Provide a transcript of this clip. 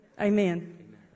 Amen